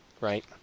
Right